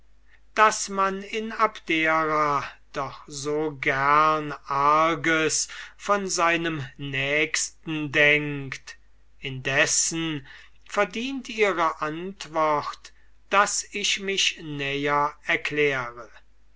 daß man in abdera doch so gerne arges von seinem nächsten denkt indessen verdient ihre antwort daß ich mich näher erkläre